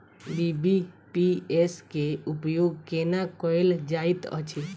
BBPS केँ उपयोग केना कएल जाइत अछि?